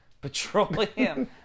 Petroleum